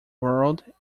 world